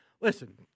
Listen